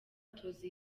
batoza